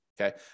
okay